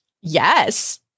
Yes